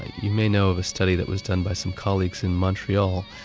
you may know of a study that was done by some colleagues in montreal.